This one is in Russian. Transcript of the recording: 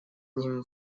ним